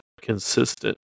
consistent